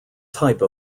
type